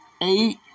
Eight